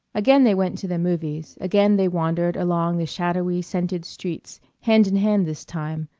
again they went to the movies, again they wandered along the shadowy, scented streets, hand in hand this time,